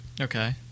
Okay